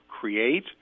create